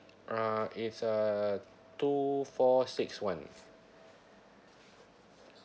uh it's uh two four six one